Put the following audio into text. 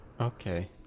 Okay